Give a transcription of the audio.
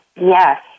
Yes